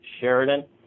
Sheridan